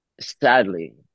sadly